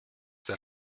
that